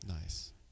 Nice